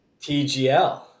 TGL